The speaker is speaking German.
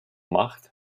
macht